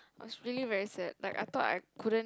I was really very sad like I thought I couldn't